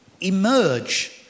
emerge